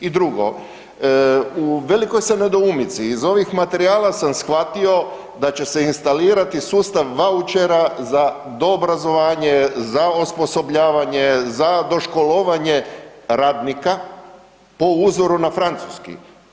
I drugo, u velikoj sam nedoumici, iz ovih materijala sam shvatio da će se instalirati sustav vaučera za do obrazovanje, za osposobljavanje, za doškolovanje radnika po uzoru na francuski.